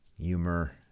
humor